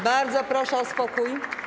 Bardzo proszę o spokój.